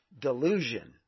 delusion